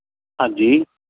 ਹਾਂਜੀ